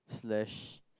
slash